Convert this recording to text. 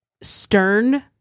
stern